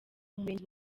murenge